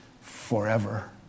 forever